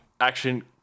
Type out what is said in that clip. Action